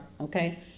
okay